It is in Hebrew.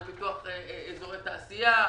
על פיתוח אזורי תעשייה,